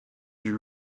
you